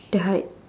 the height